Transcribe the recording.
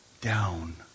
down